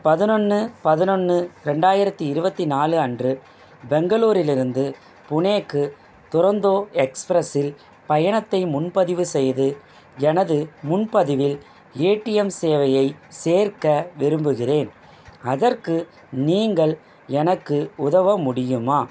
பதினொன்னு பதினொன்னு ரெண்டாயிரத்தி இருபத்தி நாலு அன்று பெங்களூரிலிருந்து புனேக்கு துரந்தோ எக்ஸ்ப்ரஸில் பயணத்தை முன்பதிவு செய்து எனது முன்பதிவில் ஏடிஎம் சேவையைச் சேர்க்க விரும்புகிறேன் அதற்கு நீங்கள் எனக்கு உதவ முடியுமா